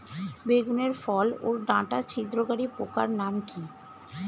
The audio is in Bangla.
বেগুনের ফল ওর ডাটা ছিদ্রকারী পোকার নাম কি?